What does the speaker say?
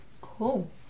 Cool